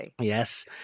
Yes